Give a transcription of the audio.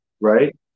right